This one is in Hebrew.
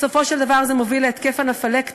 בסופו של דבר זה מוביל להתקף אנפילקטי,